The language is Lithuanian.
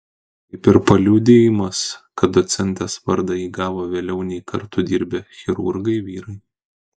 kaip ir paliudijimas kad docentės vardą ji gavo vėliau nei kartu dirbę chirurgai vyrai